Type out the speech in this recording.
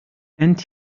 and